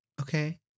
Okay